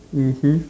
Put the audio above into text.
mmhmm